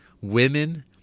women